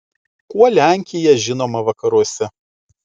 kuo lenkija žinoma vakaruose